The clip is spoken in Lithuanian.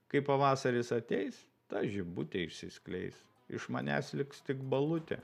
kai pavasaris ateis ta žibutė išsiskleis iš manęs liks tik balutė